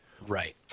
Right